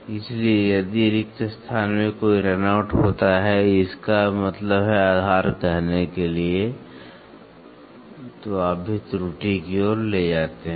इसलिए यदि रिक्त स्थान में कोई रन आउट होता है इसका मतलब है आधार कहने के लिए तो आप भी त्रुटि की ओर ले जाते हैं